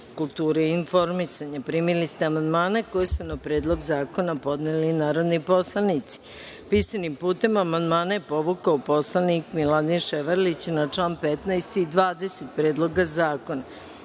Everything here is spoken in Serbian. kulture i informisanja. Primili ste amandmane koje su na Predlog zakona podneli narodni poslanici. Pisanim putem amandmane je povukao narodni poslanik Miladin Ševarlić na čl. 15. i 20. Predloga zakona. Primili